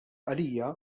għalija